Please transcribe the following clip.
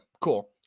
cool